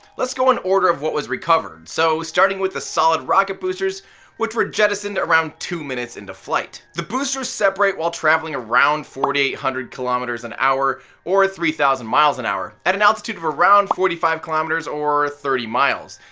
let's go in order of what was recovered, so starting with the solid rocket boosters which were jettisoned around two minutes into flight. the boosters separate while traveling around four thousand eight hundred kilometers an hour or three thousand miles an hour, at an altitude of around forty five kilometers or thirty miles.